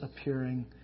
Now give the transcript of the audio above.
appearing